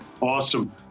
Awesome